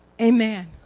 Amen